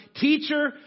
Teacher